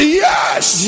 yes